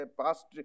past